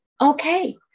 Okay